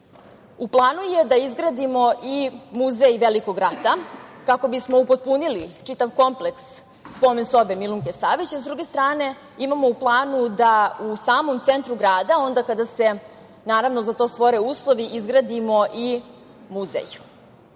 planu je da izgradimo i muzej Velikog rata, kako bismo upotpunili čitav kompleks spomen-sobe Milunke Savić. S druge strane, imamo u planu da u samom centru grada, onda kada se za to stvore uslovi, izgradimo i muzej.